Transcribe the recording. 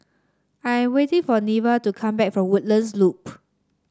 I am waiting for Neva to come back from Woodlands Loop